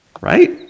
right